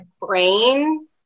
brain